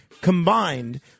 combined